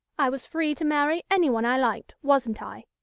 i was free to marry anyone i liked, wasn't i?